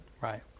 right